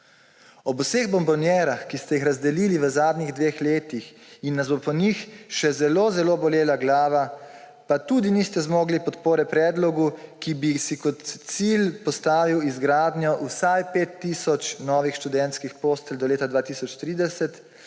Ob vseh bombonjerah, ki ste jih razdelili v zadnjih dveh letih in nas bo po njih še zelo zelo bolela glava, pa tudi niste zmogli podpore predlogu, ki bi si kot cilj postavil izgradnjo vsaj 5 tisoč novih študentskih postelj do leta 2030,